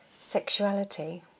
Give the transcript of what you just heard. sexuality